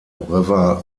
river